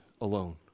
alone